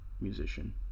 musician